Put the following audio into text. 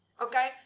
Okay